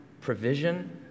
provision